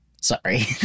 Sorry